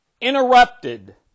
Interrupted